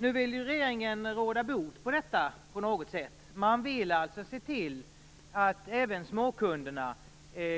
Nu vill regeringen råda bot på detta på något sätt. Den vill se till att även småkunderna